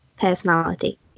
personality